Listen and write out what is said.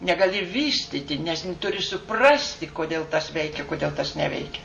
negali vystyti nes turi suprasti kodėl tas veikia kodėl tas neveikia